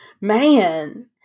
Man